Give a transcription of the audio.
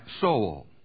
soul